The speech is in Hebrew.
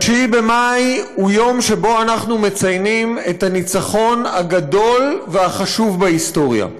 9 במאי הוא יום שבו אנחנו מציינים את הניצחון הגדול והחשוב בהיסטוריה,